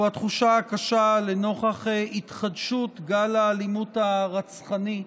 התחושה הקשה לנוכח התחדשות גל האלימות הרצחני.